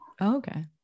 Okay